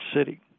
city